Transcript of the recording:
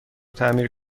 تعمیر